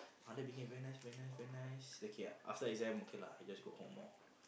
mother became very nice very nice very nice okay ah after exam okay lah I just go home lor